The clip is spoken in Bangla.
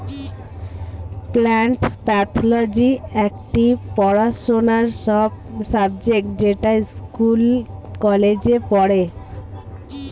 প্লান্ট প্যাথলজি একটি পড়াশোনার সাবজেক্ট যেটা স্কুল কলেজে পড়ে